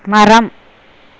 மரம்